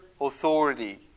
authority